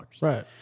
Right